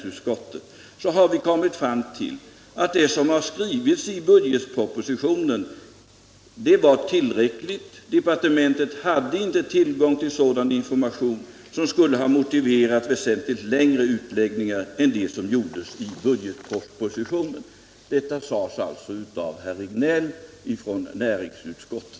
Det har klart framkommit att departementet, när budgetpropositionen skrevs, inte hade tillgång till sådan information som skulle ha motiverat väsentligt längre utläggningar än de som gjordes i budgetpropositionen.” Detta sades alltså av herr Regnéll, som var ledamot av näringsutskottet.